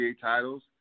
titles